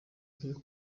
iyo